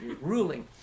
ruling